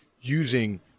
using